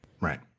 Right